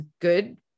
good